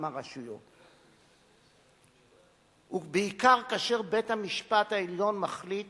מהרשויות הם בעיקר כאשר בית-המשפט העליון מחליט